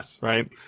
right